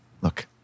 look